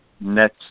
net